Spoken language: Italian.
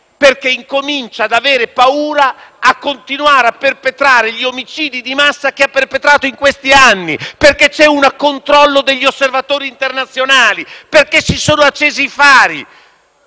perché comincia ad avere paura di continuare a perpetrare gli omicidi di massa che ha perpetrato in questi anni; perché c'è un controllo degli osservatori internazionali; perché si sono accesi i fari.